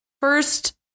First